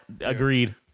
Agreed